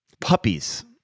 Puppies